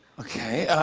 okay.